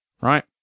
Right